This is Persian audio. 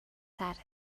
تره